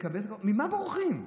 ממה בורחים?